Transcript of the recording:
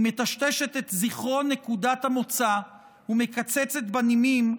היא מטשטשת את זיכרון נקודת המוצא ומקצצת בנימין,